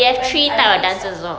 bukan ada mix tak